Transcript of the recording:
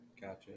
Gotcha